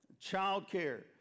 childcare